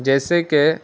جیسے کہ